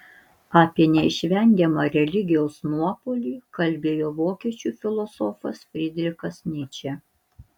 apie neišvengiamą religijos nuopuolį kalbėjo vokiečių filosofas frydrichas nyčė